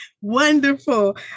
Wonderful